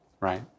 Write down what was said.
right